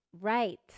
Right